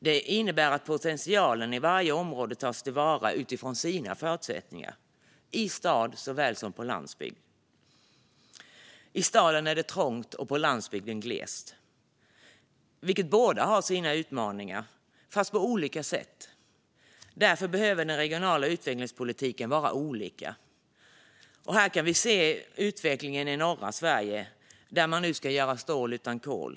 Det innebär att potentialen i varje område tas till vara utifrån sina förutsättningar, i stad såväl som på landsbygden. I staden är det trångt, och på landsbygden är det glest. Båda har sina utmaningar, fast på olika sätt. Därför behöver den regionala utvecklingspolitiken vara olika. Vi kan se utvecklingen i norra Sverige, där man nu ska göra stål utan kol.